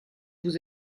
vous